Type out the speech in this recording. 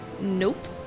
Nope